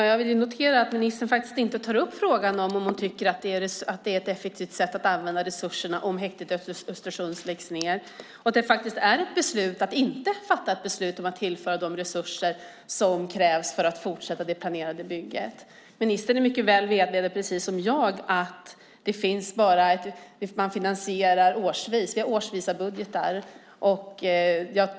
Herr talman! Jag noterar att ministern inte tar upp frågan om det är ett effektivt sätt att använda resurserna om häktet i Östersund läggs ned. Det innebär faktiskt ett beslut när man inte tillför de resurser som krävs för att fortsätta det planerade bygget. Ministern är precis som jag medveten om att man finansierar årsvis. Vi har årsbudgetar.